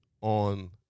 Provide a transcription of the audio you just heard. on